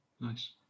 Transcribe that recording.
Nice